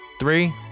Three